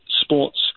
sports